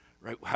right